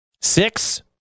Six